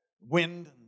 Wind